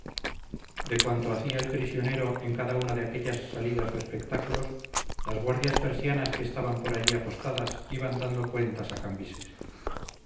de cuanto hacia el prisionero en cada una de aquellas salidas o espectáculos las guardias persianas que estaban por allí apostadas iban dando cuentas a cambises